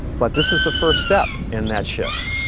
but this is the first step in that shift.